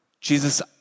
Jesus